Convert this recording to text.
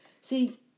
See